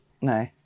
No